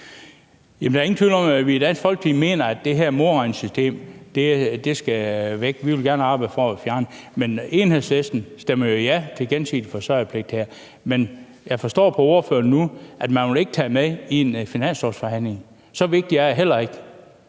i Dansk Folkeparti mener, at det her modregnesystem skal væk. Vi vil gerne arbejde for at fjerne det. Enhedslisten stemmer jo ja til at fjerne den gensidige forsørgerpligt, men jeg forstår nu på ordføreren, at man ikke vil tage det med til en finanslovsforhandling. Så vigtigt er det heller ikke.